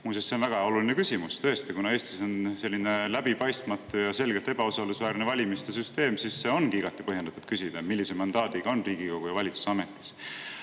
Muuseas, see on väga oluline küsimus, tõesti. Kuna Eestis on selline läbipaistmatu ja selgelt ebausaldusväärne valimissüsteem, siis ongi igati põhjendatud küsida, millise mandaadiga on Riigikogu ja valitsus ametis.